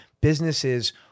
businesses